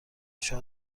شاد